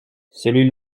celui